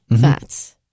fats